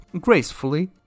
gracefully